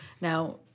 Now